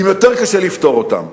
עם יותר קושי לפתור אותם.